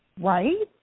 Right